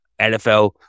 NFL